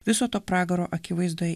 viso to pragaro akivaizdoj